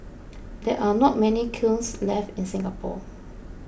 there are not many kilns left in Singapore